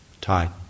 tight